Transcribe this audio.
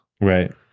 Right